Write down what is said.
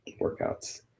workouts